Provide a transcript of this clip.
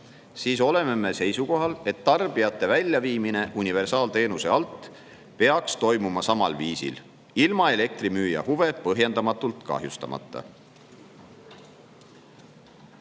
siis oleme me seisukohal, et tarbijate väljaviimine universaalteenuse alt peaks toimuma samal viisil, ilma elektrimüüja huve põhjendamatult kahjustamata.